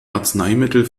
arzneimittel